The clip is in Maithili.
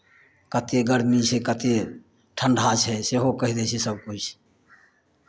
कतेक गरमी छै कतेक ठण्ढा छै सेहो कहि दै छै सभकिछु